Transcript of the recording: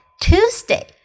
Tuesday